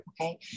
Okay